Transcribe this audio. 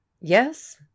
yes